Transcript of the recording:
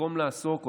במקום לעסוק,